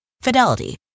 Fidelity